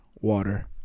Water